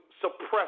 suppress